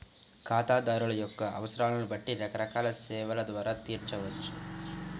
ఖాతాదారుల యొక్క అవసరాలను బట్టి రకరకాల సేవల ద్వారా తీర్చవచ్చు